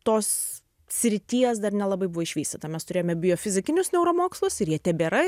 tos srities dar nelabai buvo išvystyta mes turėjome biofizikinius neuromokslus ir jie tebėra